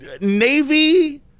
navy